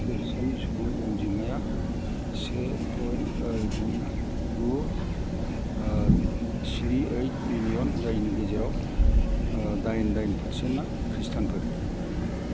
हादोरसानि सुबुं अनजिमाया से पयेन्ट गु स्नि ओइथ मिलियन जायनि गेजेराव डाइन डाइन पारसेन्टया खृष्टानफोर